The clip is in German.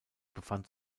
befand